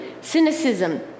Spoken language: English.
cynicism